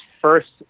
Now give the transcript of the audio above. first